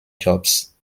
jobs